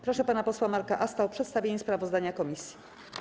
Proszę pana posła Marka Asta o przedstawienie sprawozdania komisji.